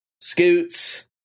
Scoots